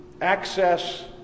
access